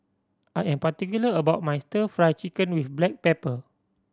I am particular about my Stir Fried Chicken with black pepper